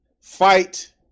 fight